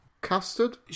Custard